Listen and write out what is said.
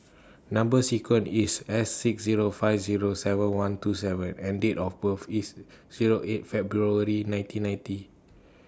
Number sequence IS S six Zero five Zero seven one two Z and Date of birth IS Zero eight February nineteen ninety